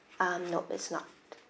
um nope it's not